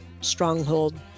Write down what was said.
stronghold